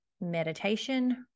meditation